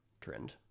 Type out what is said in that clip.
trend